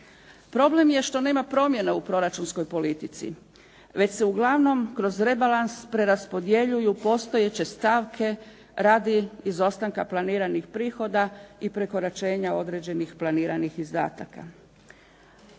Problem je što nema promjena u proračunskoj politici, već se uglavnom kroz rebalans preraspodjeljuju postojeće stavke radi izostanka planiranih prihoda i prekoračenja određenih planiranih izdataka.